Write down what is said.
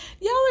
Y'all